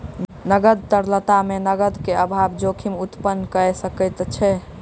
नकद तरलता मे नकद के अभाव जोखिम उत्पन्न कय सकैत अछि